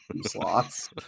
slots